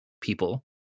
people